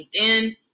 LinkedIn